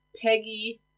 Peggy